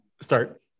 start